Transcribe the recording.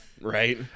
Right